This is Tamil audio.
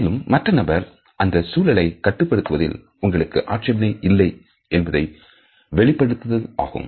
மேலும் மற்ற நபர் அந்த சூழலை கட்டுப்படுத்துவதில் உங்களுக்கு ஆட்சேபனை இல்லை என்பதை வெளிப்படுத்துதல் ஆகும்